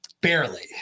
Barely